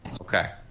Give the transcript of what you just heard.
Okay